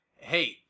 Hey